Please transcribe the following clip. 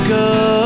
go